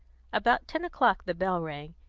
about ten o'clock the bell rang,